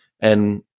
And-